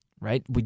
right